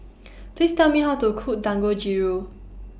Please Tell Me How to Cook Dangojiru